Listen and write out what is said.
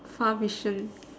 far vision